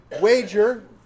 wager